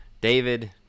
David